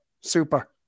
Super